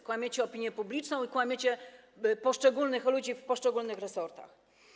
Okłamujecie opinię publiczną i okłamujecie poszczególnych ludzi w poszczególnych resortach.